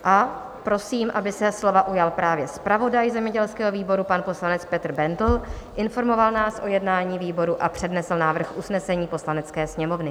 A prosím, aby se slova ujal právě zpravodaj zemědělského výboru, pan poslanec Petr Bendl, informoval nás o jednání výboru a přednesl návrh usnesení Poslanecké sněmovny.